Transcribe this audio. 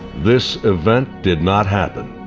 this event did not happen